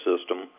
system